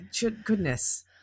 Goodness